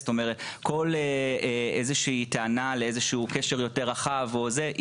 וכל טענה לאיזשהו קשר יותר רחב או משהו כזה,